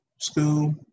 school